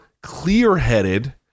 clear-headed